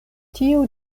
tiu